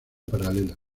paralela